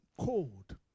Cold